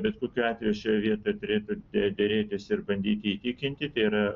bet kokiu atveju šioj vietoj turėtų derėtis ir bandyti įtikinti tai yra